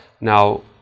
now